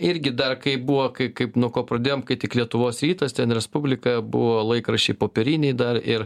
irgi dar kaip buvo kai kaip nuo ko pradėjom kai tik lietuvos rytas ten respublika buvo laikraščiai popieriniai dar ir